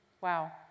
Wow